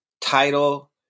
title